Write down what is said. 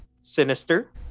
sinister